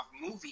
movie